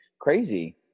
crazy